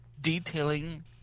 detailing